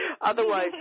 Otherwise